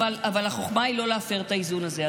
אבל החוכמה היא לא להפר את האיזון הזה,